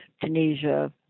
Tunisia